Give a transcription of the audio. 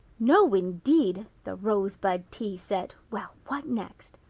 no, indeed! the rosebud tea set! well, what next?